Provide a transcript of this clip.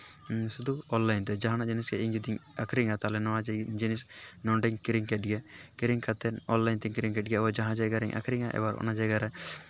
ᱥᱩᱫᱩ ᱚᱱᱞᱟᱭᱤᱱ ᱛᱮ ᱡᱟᱦᱟᱸᱱᱟᱜ ᱡᱤᱱᱤᱥ ᱜᱮ ᱤᱧ ᱡᱩᱫᱤ ᱚᱠᱷᱨᱤᱧᱟ ᱛᱟᱦᱚᱞᱮ ᱱᱚᱣᱟ ᱡᱤᱱᱤᱥ ᱱᱚᱰᱮᱧ ᱠᱤᱨᱤᱧ ᱠᱮᱫ ᱜᱮ ᱠᱤᱨᱤᱧ ᱠᱟᱛᱮ ᱚᱱᱞᱟᱭᱤᱱ ᱛᱮᱧ ᱠᱤᱨᱤᱧ ᱠᱮᱫ ᱜᱮ ᱟᱫᱚ ᱡᱟᱦᱟᱸ ᱡᱟᱭᱜᱟ ᱨᱮᱧ ᱟᱠᱷᱨᱤᱧᱟ ᱮᱵᱟᱨ ᱚᱱᱟ ᱡᱟᱭᱜᱟ ᱨᱮ